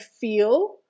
feel